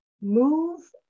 move